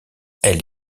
elle